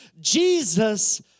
Jesus